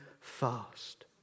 fast